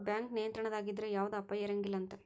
bank ನಿಯಂತ್ರಣದಾಗಿದ್ರ ಯವ್ದ ಅಪಾಯಾ ಇರಂಗಿಲಂತ್